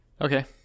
Okay